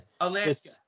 Alaska